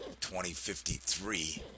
2053